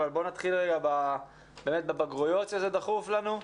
אבל בואו נתחיל רגע באמת בבגרויות שזה דחוף לנו,